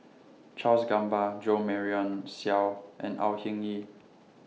Charles Gamba Jo Marion Seow and Au Hing Yee